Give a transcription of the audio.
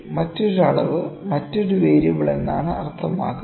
മറ്റൊരു അളവ് മറ്റൊരു വേരിയബിൾ എന്നാണ് അർത്ഥമാക്കുന്നത്